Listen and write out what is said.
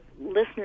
listeners